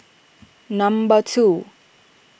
number two